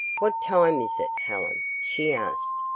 what time is it, helen? she asked.